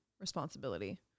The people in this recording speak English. responsibility